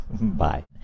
bye